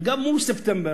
וגם מול ספטמבר,